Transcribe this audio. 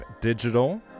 digital